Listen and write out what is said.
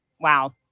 Wow